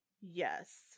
yes